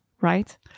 right